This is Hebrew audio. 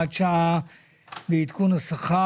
וסגני שרים (הוראת שעה ועדכון השכר),